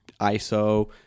ISO